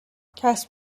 کسب